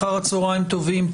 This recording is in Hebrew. אחר צהריים טובים,